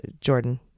jordan